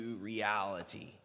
reality